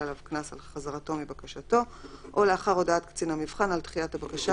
עליו קנס על חזרתו מבקשתו או לאחר הודעת קצין המבחן על דחיית הבקשה,